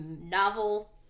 novel